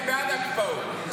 אני בעד הקפאות,